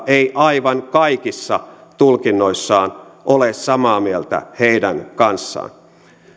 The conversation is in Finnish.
ei aivan kaikissa tulkinnoissaan ole samaa mieltä heidän kanssaan